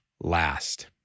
last